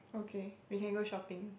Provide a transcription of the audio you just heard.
okay we can go shopping